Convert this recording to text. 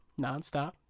nonstop